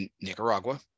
Nicaragua